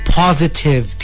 positive